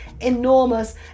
enormous